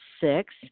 six